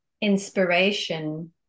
inspiration